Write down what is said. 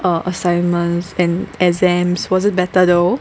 err assignments and exams was it better though